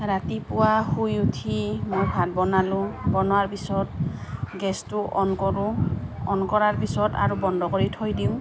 ৰাতিপুৱা শুই উঠি মই ভাত বনালোঁ বনোৱাৰ পিছত গেছটো অন কৰোঁ অন কৰাৰ পিছত আৰু বন্ধ কৰি থৈ দিওঁ